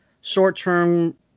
short-term